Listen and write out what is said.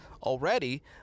Already